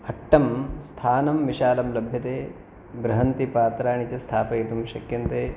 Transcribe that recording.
अट्टं स्थानं विशालं लभ्यते बृहन्ति पात्राणि च स्थापयितुं शक्यन्ते